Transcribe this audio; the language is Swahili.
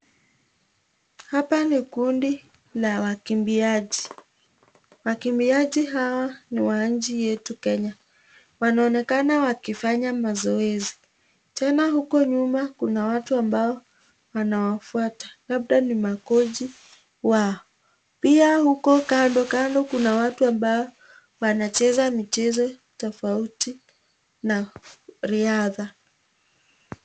Hapa ni kundi la wakimbiaji, wakimbiaji hawa ni wa nchi yetu kenya. Wanaonekana wakifanya mazoezi tena huko nyuma kuna watu ambao wanawafuata labda ni makochi wao pia huko kando kuna watu ambao wanacheza michezo tofauti na riadha.